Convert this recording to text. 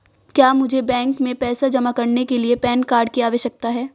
क्या मुझे बैंक में पैसा जमा करने के लिए पैन कार्ड की आवश्यकता है?